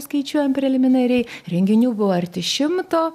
skaičiuojant preliminariai renginių buvo arti šimto